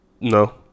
No